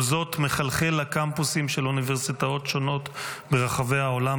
כל זאת מחלחל לקמפוסים של אוניברסיטאות שונות ברחבי העולם,